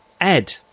Ed